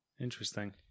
Interesting